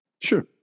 Sure